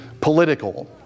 political